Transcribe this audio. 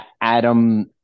Adam